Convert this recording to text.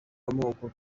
amoko